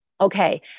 Okay